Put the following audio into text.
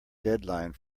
deadline